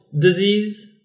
disease